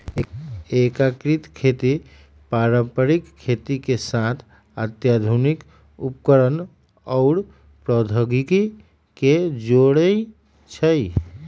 एकीकृत खेती पारंपरिक खेती के साथ आधुनिक उपकरणअउर प्रौधोगोकी के जोरई छई